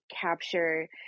capture